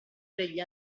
degli